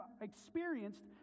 experienced